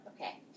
Okay